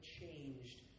changed